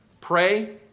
pray